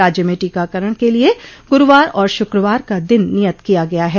राज्य में टीकाकरण के लिये गुरूवार और शुक्रवार का दिन नियत किया गया है